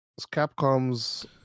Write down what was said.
Capcom's